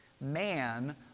Man